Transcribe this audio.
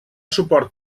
suport